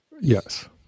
yes